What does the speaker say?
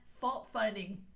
fault-finding